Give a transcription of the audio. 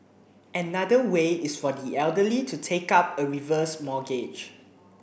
another way is for the elderly to take up a reverse mortgage